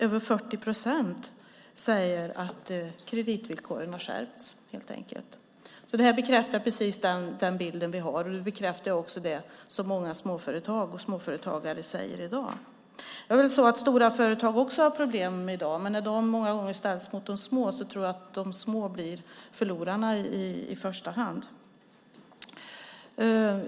Över 40 procent säger att kreditvillkoren har skärpts helt enkelt. Det bekräftar precis den bild vi har. Det bekräftar också det som många småföretagare säger i dag. Också stora företag har problem i dag, men när de ställs mot de små tror jag att de små blir förlorarna i första hand.